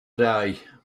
day